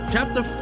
Chapter